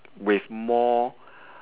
with more